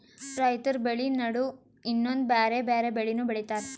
ರೈತರ್ ಬೆಳಿ ನಡು ಇನ್ನೊಂದ್ ಬ್ಯಾರೆ ಬ್ಯಾರೆ ಬೆಳಿನೂ ಬೆಳಿತಾರ್